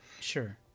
Sure